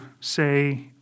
say